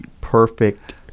perfect –